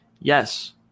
Yes